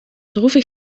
droevig